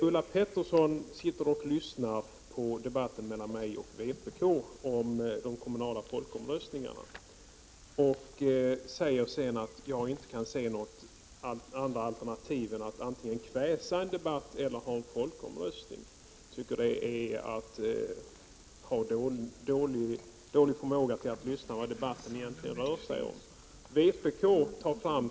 Ulla Pettersson lyssnade på debatten mellan mig och vpk:s företrädare om de kommunala folkomröstningarna och sade sedan att jag inte kan se några andra möjligheter än att antingen kväsa en debatt eller hålla en folkomröstning. Jag tycker att det visar på dålig förmåga att förstå vad den här debatten egentligen rör sig om.